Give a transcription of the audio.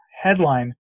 Headline